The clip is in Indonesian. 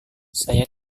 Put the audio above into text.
saya